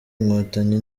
inkotanyi